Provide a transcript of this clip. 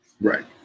Right